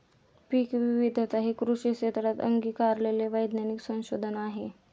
पीकविविधता हे कृषी क्षेत्रात अंगीकारलेले वैज्ञानिक संशोधन आहे